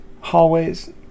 hallways